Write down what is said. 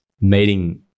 meeting